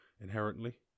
inherently